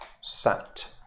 sat